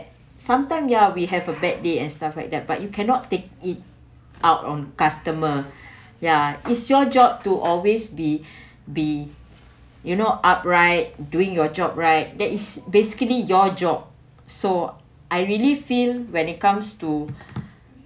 sometime ya we have a bad day and stuff like that but you cannot take it out on customer ya it's your job to always be be you know upright doing your job right that is basically your job so I really feel when it comes to